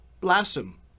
blossom